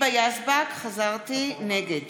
נגד